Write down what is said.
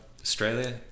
Australia